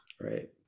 Right